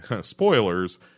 spoilers